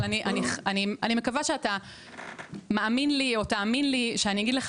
אני מקווה שאתה מאמין לי או תאמין לי שאני אגיד לך